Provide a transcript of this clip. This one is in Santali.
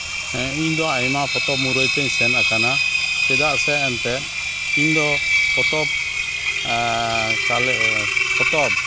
ᱦᱮᱸ ᱤᱧ ᱫᱚ ᱟᱭᱢᱟ ᱯᱚᱛᱚᱵ ᱢᱩᱨᱟᱹᱭ ᱛᱤᱧ ᱥᱮᱱ ᱟᱠᱟᱱᱟ ᱪᱮᱫᱟᱜ ᱥᱮ ᱮᱱᱛᱮᱫ ᱤᱧ ᱫᱚ ᱯᱚᱛᱚᱵ ᱠᱟᱞᱮᱠᱴ ᱯᱚᱛᱚᱵ